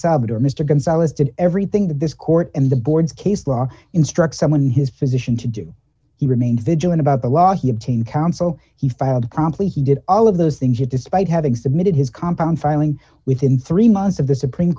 salvador mr gonzalez did everything that this court and the board's case law instructs someone in his position to do he remains vigilant about the law he obtain counsel he filed promptly he did all of those things that despite having submitted his compound filing within three months of the supreme